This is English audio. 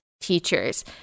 teachers